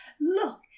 look